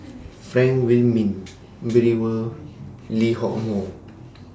Frank Wilmin Brewer Lee Hock Moh